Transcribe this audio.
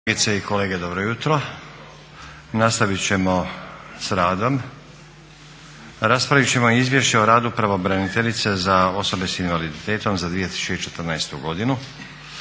kolegice i kolege dobro jutro. Nastavit ćemo sa radom. Raspravit ćemo - Izvješće o radu pravobraniteljice za osobe s invaliditetom za 2014. godinu